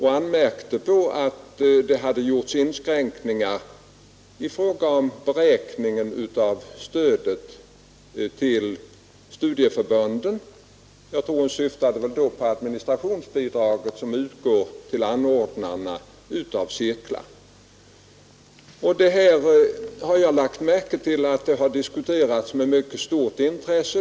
Hon anmärkte på att det hade gjorts inskränkningar i fråga om beräkningen av stödet till studieförbunden. Då syftade hon väl på administrationsbidraget, som utgår till anordnare av cirklar. Jag har lagt märke till att detta har diskuterats med mycket stort intresse.